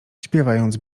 śpiewając